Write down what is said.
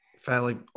fairly